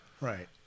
right